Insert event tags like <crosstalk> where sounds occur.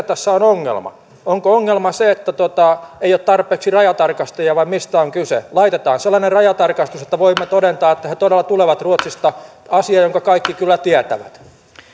<unintelligible> tässä on ongelma onko ongelma se että ei ole tarpeeksi rajatarkastajia vai mistä on kyse laitetaan sellainen rajatarkastus että voimme todentaa että he todella tulevat ruotsista asia jonka kaikki kyllä tietävät